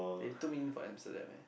they took me in for Amsterdam eh